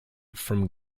from